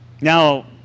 Now